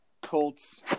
Colts